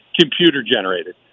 computer-generated